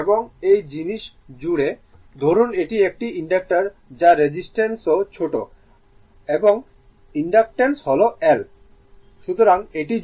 এবং এই জিনিস জুড়ে ধরুন এটি একটি ইনডাক্টর যার রেজিস্টেন্স ও ছোট r এবং ইনডাক্টেন্স হল L